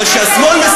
אבל כשהשמאל,